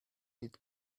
need